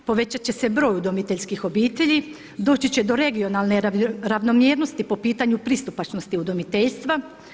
Povećat će se broj udomiteljskih obitelji, doći će do regionalne ravnomjernosti po pitanju pristupačnosti udomiteljstva.